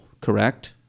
correct